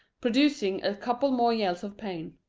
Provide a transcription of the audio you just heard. producing a couple more yells of pain.